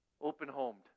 open-homed